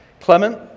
Clement